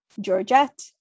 Georgette